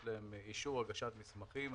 יש להם אישור הגשת מסמכים.